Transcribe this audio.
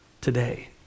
today